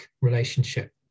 relationship